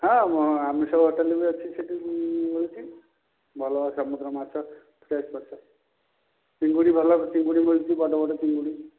ହଁ ଆମିଷ ହୋଟେଲ୍ ବି ଅଛି ସେଇଠି ମିଳୁଛି ଭଲ ସମୁଦ୍ର ମାଛ ଫ୍ରେସ୍ ମାଛ ଭଲ ଚିଙ୍ଗୁଡ଼ି ମିଳୁଛି ବଡ ବଡ ଚିଙ୍ଗୁଡ଼ି